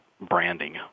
branding